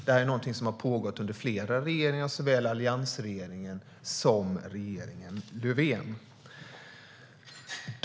Det är någonting som har pågått under flera regeringar, såväl alliansregeringen som regeringen Löfven.